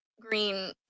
green